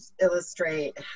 illustrate